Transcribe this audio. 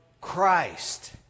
Christ